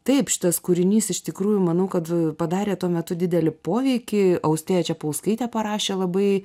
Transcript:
taip šitas kūrinys iš tikrųjų manau kad padarė tuo metu didelį poveikį austėja čepauskaitė parašė labai